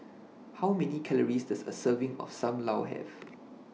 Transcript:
How Many Calories Does A Serving of SAM Lau Have